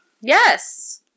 Yes